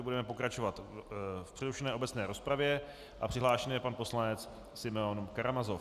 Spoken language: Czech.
Budeme pokračovat v přerušené obecné rozpravě a přihlášen je pan poslanec Simeon Karamazov.